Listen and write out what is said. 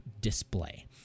display